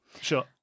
Sure